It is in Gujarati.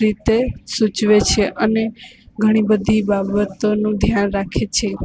રીતે સૂચવે છે અને ઘણી બધી બાબતોનું ધ્યાન રાખે છે